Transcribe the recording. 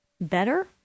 better